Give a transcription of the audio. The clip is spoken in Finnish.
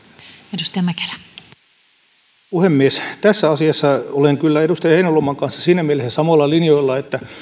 arvoisa puhemies tässä asiassa olen kyllä edustaja heinäluoman kanssa siinä mielessä samoilla linjoilla että